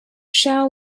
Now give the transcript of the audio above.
shall